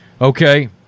Okay